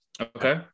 okay